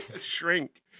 shrink